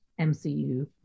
MCU